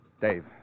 Dave